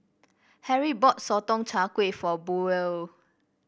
Harry bought Sotong Char Kway for Buell